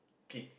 kids